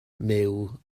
myw